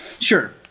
Sure